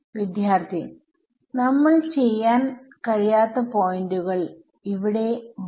വിദ്യാർത്ഥി നമ്മൾ ഒന്നും ചെയ്യാൻ കഴിയാത്ത പോയ്ന്റുകൾ അവിടെ ഉണ്ട്